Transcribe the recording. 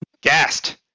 Gassed